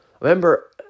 remember